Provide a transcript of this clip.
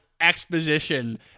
exposition